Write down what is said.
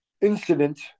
incident